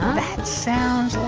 that sounds